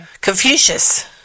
Confucius